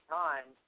time